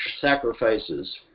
sacrifices